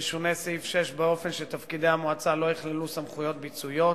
ישונה סעיף 6 באופן שתפקידי המועצה לא יכללו סמכויות ביצועיות,